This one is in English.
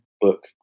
book